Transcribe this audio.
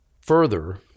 further